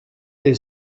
elle